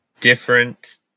Different